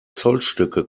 zollstöcke